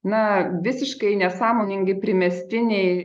na visiškai nesąmoningi primestiniai